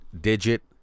digit